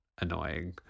annoying